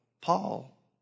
Paul